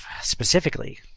specifically